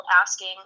asking